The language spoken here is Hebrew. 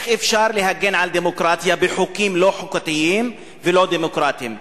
איך אפשר להגן על דמוקרטיה בחוקים לא חוקתיים ולא דמוקרטיים?